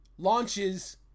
launches